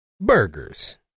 burgers